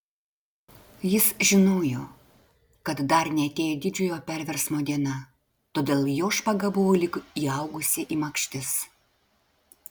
jis žinojo kad dar neatėjo didžiojo perversmo diena todėl jo špaga buvo lyg įaugusi į makštis